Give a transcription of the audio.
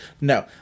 No